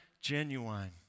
genuine